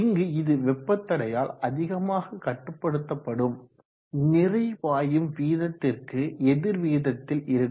இங்கு இது வெப்ப தடையால் அதிகமாக கட்டுப்படுத்தப்படும் மேலும் நிறை பாயும் வீதத்திற்கு எதிர் விகிதத்தில் இருக்கும்